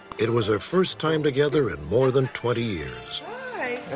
it was their first time together in more than twenty years. hi.